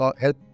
help